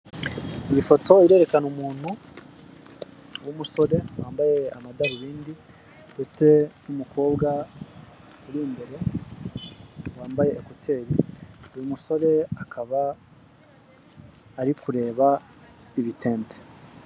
Iyi foto irerekana umuntu w'umusore wambaye amadarubindi ndetse n'umukobwa uri imbere wambaye ekuteri uyu musore akaba ari kureba ibitete.